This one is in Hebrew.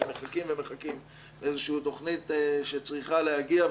שמחכים ומחכים לאיזושהי תוכנית שצריכה להגיע,